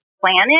planet